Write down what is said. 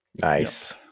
Nice